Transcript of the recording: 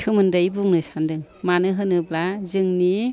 सोमोन्दै बुंनो सानदों मानो होनोब्ला जोंनि